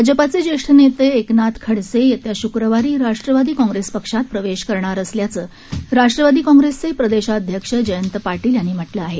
भाजपाचे ज्येष्ठ नेते एकनाथ खडसे येत्या शुक्रवारी राष्ट्रवादी काँग्रेस पक्षात प्रवेश करणार असल्याचं राष्ट्रवादी काँग्रेसचे प्रदेशाध्यक्ष जयंत पाटील यांनी म्हटलं आहे